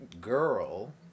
girl